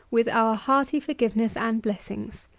with our hearty forgiveness and blessings.